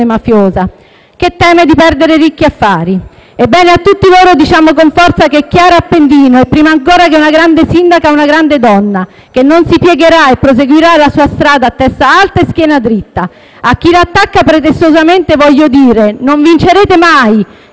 mafiosa, che teme di perdere ricchi affari. Ebbene, a tutti loro diciamo con forza che Chiara Appendino è, prima ancora che una grande sindaca, una grande donna, che non si piegherà e proseguirà la sua strada a testa alta e schiena dritta. A chi l'attacca pretestuosamente voglio dire: non vincerete mai.